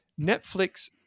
Netflix